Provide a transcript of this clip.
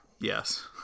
Yes